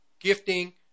Gifting